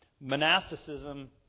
Monasticism